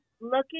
looking